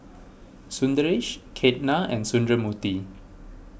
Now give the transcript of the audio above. Sundaresh Ketna and Sundramoorthy